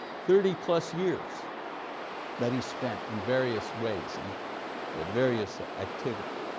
thirty plus years that he spent in various ways and various activities.